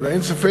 אלא אין ספק